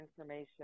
information